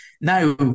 now